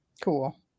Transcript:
Cool